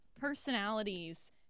personalities